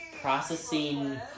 processing